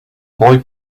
boy